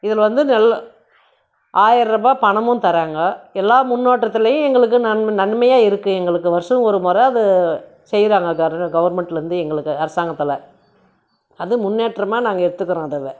இதில் வந்து ஆயரரூபா பணமும் தராங்க எல்லா முன்னோட்டத்துலேயும் எங்களுக்கு நன்மை நன்மையாக இருக்கு எங்களுக்கு வருஷம் ஒரு மொறை அது செய்கிறாங்க கவர்மெண்ட்லேர்ந்து எங்களுக்கு அரசாங்கத்தில் அது முன்னேற்றமாக நாங்கள் எடுத்துக்கிறோம் அதுவே